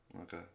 Okay